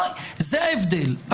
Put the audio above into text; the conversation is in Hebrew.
זה ההבדל.